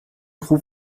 خوب